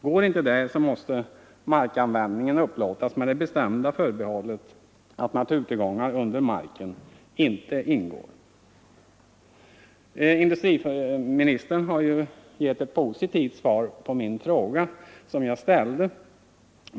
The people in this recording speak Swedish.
Går inte det måste marken upplåtas med det bestämda förbehållet att naturtillgångar under marken inte ingår. Industriministern har ju gett ett positivt svar på den fråga jag ställt.